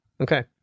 Okay